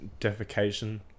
defecation